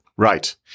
Right